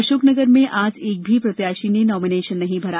अशोकनगर में आज एक भी प्रत्याशी ने नॉमिनेशन नहीं भरा